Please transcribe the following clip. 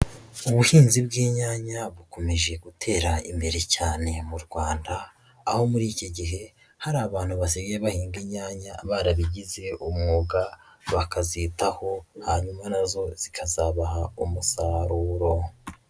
Ubuhinzi bw'inyanya bukomeje gutera imbere cyane mu Rwanda, aho muri iki gihe hari abantu basigaye bahinga imyanya barabigize umwuga, bakazitaho hanyuma na zo zikazabaha umusaruro.